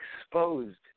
exposed